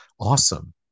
awesome